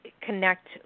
connect